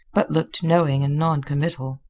but looked knowing and noncommittal.